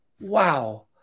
wow